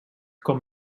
com